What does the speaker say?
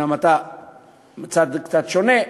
אומנם אתה קצת שונה,